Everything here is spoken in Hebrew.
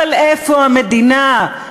אבל איפה המדינה?